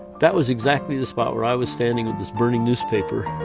that was exactly the spot where i was standing with this burning newspaper.